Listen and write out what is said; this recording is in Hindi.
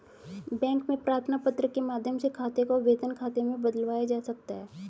बैंक में प्रार्थना पत्र के माध्यम से खाते को वेतन खाते में बदलवाया जा सकता है